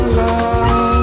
love